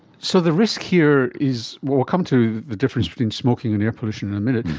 so the risk here is, we'll come to the difference between smoking and air pollution in a minute.